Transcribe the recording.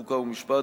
חוק ומשפט,